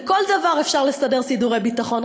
לכל דבר אפשר לסדר סידורי ביטחון.